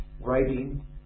Writing